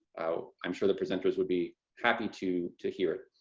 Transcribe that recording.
i'm sure the presenters would be happy to, to hear it.